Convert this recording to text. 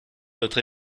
votre